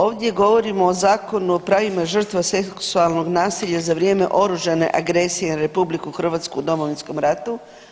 Ovdje govorimo o Zakonu o pravima žrtava seksualnog nasilja za vrijem oružane agresije na RH u Domovinskom ratu.